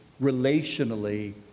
relationally